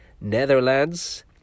Netherlands